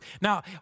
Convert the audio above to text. Now